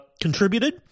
contributed